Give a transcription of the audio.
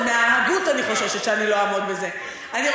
זה מההגות, אני חוששת, שאני לא אעמוד בזה.